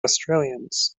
australians